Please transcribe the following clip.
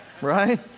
Right